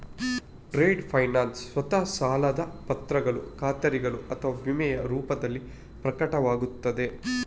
trade finance ಸ್ವತಃ ಸಾಲದ ಪತ್ರಗಳು ಖಾತರಿಗಳು ಅಥವಾ ವಿಮೆಯ ರೂಪದಲ್ಲಿ ಪ್ರಕಟವಾಗುತ್ತದೆ